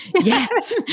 Yes